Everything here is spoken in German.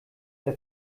der